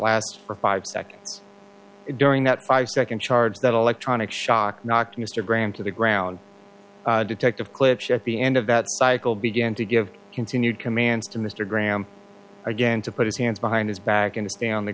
last for five seconds during that five second charge that electronic shock knocked mr graham to the ground detective klipsch at the end of that cycle began to give continued commands to mr graham again to put his hands behind his back in a on the